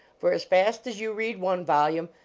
for as fast as you read one volume,